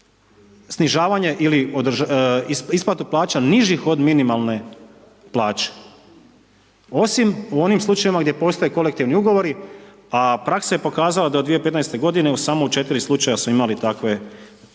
snižavanje ili isplatu plaća nižih od minimalne plaće osim u onim slučajevima gdje postoje kolektivni ugovori a praksa je pokazala da do 2015. godine u samo 4 slučajeva smo imali takve situacije.